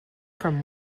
from